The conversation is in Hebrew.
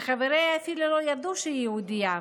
וחבריה אפילו לא ידעו שהיא יהודייה.